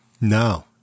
No